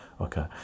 Okay